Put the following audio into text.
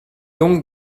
donc